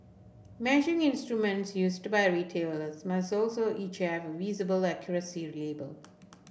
measuring instruments used by retailers must also each have a visible accuracy label